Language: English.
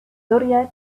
zodiac